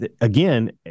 again